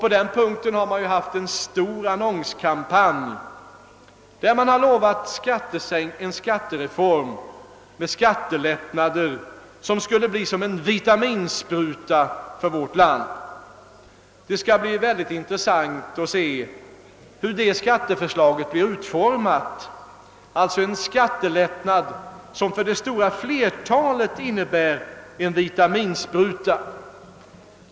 På den punkten har ju högern fört en stor annonskampanj, där den lovat en skattereform med skattelättnader, som skulle bli som en vitaminspruta för vårt land. Det skall bli väldigt intressant att se hur man kommer att utforma förslag till en skattelättnad som för det stora flertalet innebär en vitaminspruta.